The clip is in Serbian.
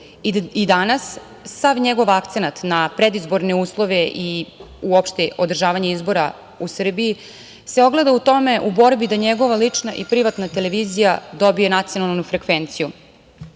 I danas sav njegov akcenat na predizborne uslove i uopšte održavanje izbora u Srbiji se ogleda u borbi da njegova lična i privatna televizija dobije nacionalnu frekvenciju,